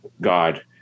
God